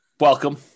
welcome